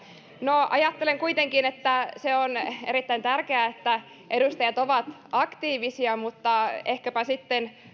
no ajattelen kuitenkin että on erittäin tärkeää että edustajat ovat aktiivisia mutta ehkäpä sitten